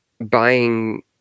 buying